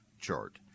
chart